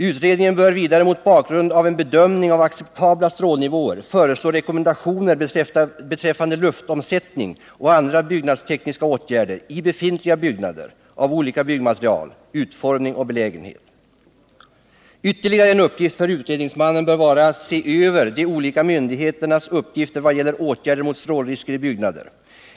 Utredningen bör vidare mot bakgrund av en bedömning av acceptabla strålningsnivåer föreslå rekommendationer beträffande luftomsättning och andra byggnadstekniska åtgärder i befintliga byggnader av olika byggmaterial, utformning och belägenhet. Ytterligare en uppgift för utredningsmannen bör vara att se över de olika myndigheternas uppgifter vad gäller åtgärder mot strålningsrisker i byggnader.